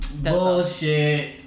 bullshit